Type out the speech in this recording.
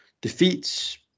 defeats